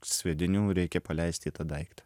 sviedinių reikia paleisti į tą daiktą